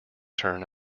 turn